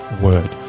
Word